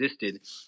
existed